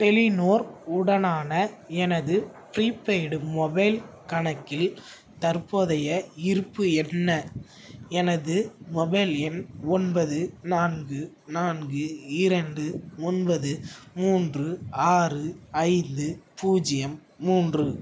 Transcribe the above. Telenor உடனான எனது prepaid mobile கணக்கில் தற்போதைய இருப்பு என்ன எனது மொபைல் எண் ஒன்பது நான்கு நான்கு இரண்டு ஒன்பது மூன்று ஆறு ஐந்து பூஜ்ஜியம் மூன்று